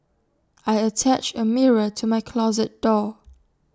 I attached A mirror to my closet door